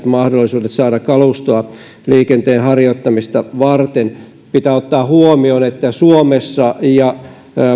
mahdollisuudet saada kalustoa liikenteen harjoittamista varten pitää ottaa huomioon että suomessa ja